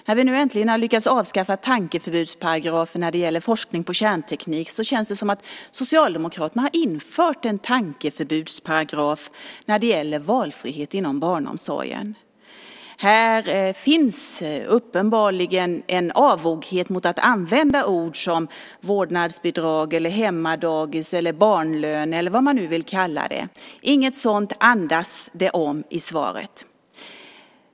När vi nu äntligen har lyckats avskaffa tankeförbudsparagrafen när det gäller forskning beträffande kärnteknik så känns det som att Socialdemokraterna har infört en tankeförbudsparagraf när det gäller valfrihet inom barnomsorgen. Här finns uppenbarligen en avoghet mot att använda ord som vårdnadsbidrag, hemmadagis, barnlön eller vad man nu vill kalla det. Inget sådant andas det om i svaret.